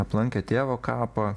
aplankė tėvo kapą